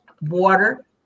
Water